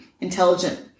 intelligent